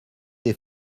des